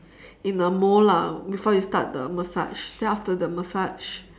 in a mold lah before you start the massage then after the massage